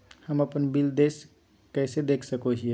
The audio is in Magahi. हम अपन बिल देय कैसे देख सको हियै?